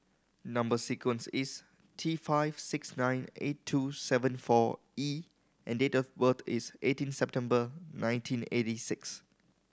number sequence is T five six nine eight two seven four E and date of birth is eighteen September nineteen eighty six